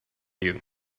you